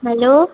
hello